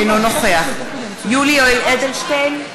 אינו נוכח יולי יואל אדלשטיין,